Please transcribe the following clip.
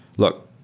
look,